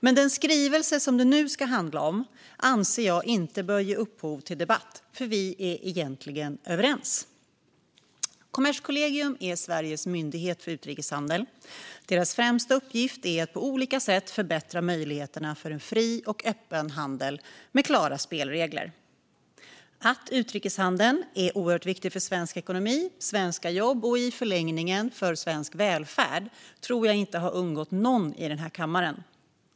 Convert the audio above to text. Men den skrivelse som det nu ska handla om anser jag inte bör ge upphov till debatt, för vi är egentligen överens. Kommerskollegium är Sveriges myndighet för utrikeshandel. Dess främsta uppgift är att på olika sätt förbättra möjligheterna för en fri och öppen handel med klara spelregler. Att utrikeshandeln är oerhört viktig för svensk ekonomi, för svenska jobb och i förlängningen för svensk välfärd tror jag inte har undgått någon i den här kammaren.